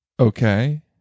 Okay